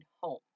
home